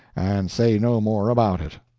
and say no more about it.